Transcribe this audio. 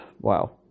wow